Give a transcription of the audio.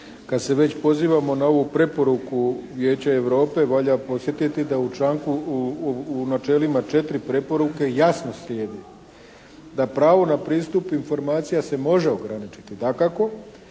Kad se već pozivamo na ovu preporuku Vijeća Europe valja podsjetiti da u načelima četiri preporuke jasno slijedi, da pravo na pristup informacija se može ograničiti dakako